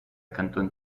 canton